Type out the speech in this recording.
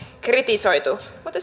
kritisoitu mutta